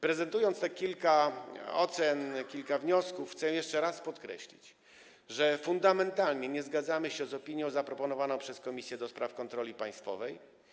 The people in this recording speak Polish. Prezentując te kilka ocen, kilka wniosków chcę jeszcze raz podkreślić, że fundamentalnie nie zgadzamy się z opinią zaproponowaną przez Komisję do Spraw Kontroli Państwowej.